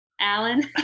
Alan